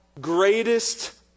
greatest